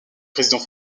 président